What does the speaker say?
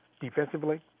defensively